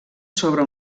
sobre